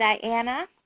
Diana